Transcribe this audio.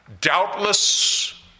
Doubtless